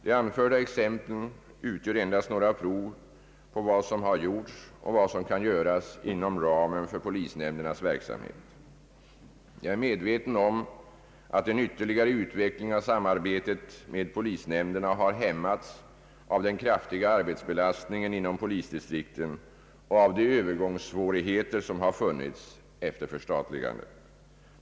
De anförda exemplen utgör endast några prov på vad som har gjorts och vad som kan göras inom ramen för polisnämndernas verksamhet. Jag är medveten om att en ytterligare utveckling av samarbetet med polisnämnderna har hämmats av den kraftiga arbetsbelastningen inom polisdistrikten och av de övergångssvårigheter som har funnits efter förstatligandet.